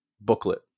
booklet